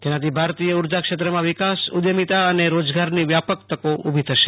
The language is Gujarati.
તૈનાથી ભોરતીય ઉર્જા ક્ષેત્રમાં વિકાસ ઉદ્યમીતા અને રોજગારની વ્યાપક તકી ઉભી થશે